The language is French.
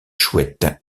chouettes